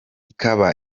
ikaba